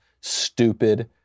stupid